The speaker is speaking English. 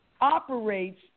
operates